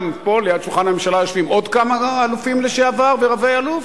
פה ליד שולחן הממשלה יושבים עוד כמה אלופים לשעבר ורב-אלופים,